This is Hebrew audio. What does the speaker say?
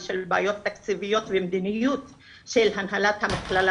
בעיות תקציביות ומדיניות של הנהלת המכללה